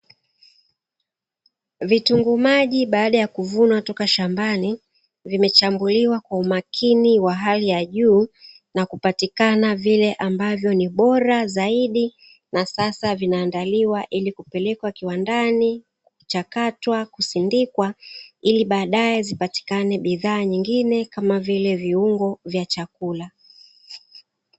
Vitunguu maji baada ya kuvuna toka shambani vimechambuliwa kwa umakini wa hali ya juu na kupatikana vile ambavyo ni bora zaidi na sasa vinaandaliwa ilikupelekwa kiwandani kuchakatwa kusindikwa, ili baadaye zipatikane bidhaa nyingine kama vile viungo vya chakula.